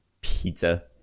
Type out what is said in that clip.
pizza